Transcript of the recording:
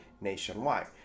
nationwide